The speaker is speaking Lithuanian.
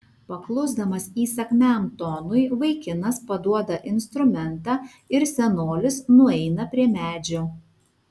paklusdamas įsakmiam tonui vaikinas paduoda instrumentą ir senolis nueina prie medžio